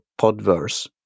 Podverse